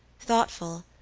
thoughtful,